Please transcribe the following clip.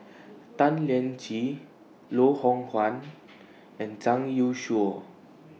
Tan Lian Chye Loh Hoong Kwan and Zhang Youshuo